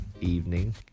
evening